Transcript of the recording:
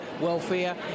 welfare